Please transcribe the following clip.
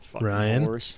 Ryan